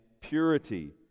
purity